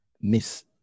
Miss